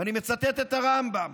ואני מצטט את הרמב"ם: